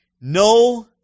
No